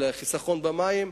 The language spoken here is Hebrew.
מי שייכנס למשמעת של חיסכון במים,